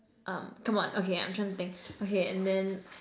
um come on okay I'm trying to think okay and then